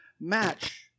match